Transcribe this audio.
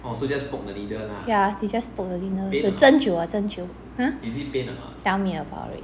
ya they just poke the needle the 针灸针灸 !huh! tell me about it